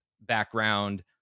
background